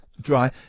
dry